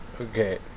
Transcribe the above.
Okay